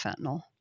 fentanyl